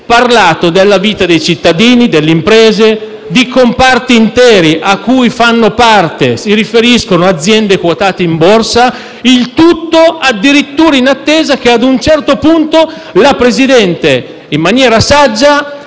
aperte", della vita dei cittadini, delle imprese, di comparti interi cui si riferiscono aziende quotate in borsa, il tutto addirittura in attesa che a un certo punto il Presidente, in maniera saggia,